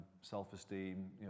self-esteem